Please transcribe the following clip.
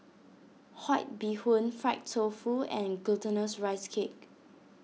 White Bee Hoon Fried Tofu and Glutinous Rice Cake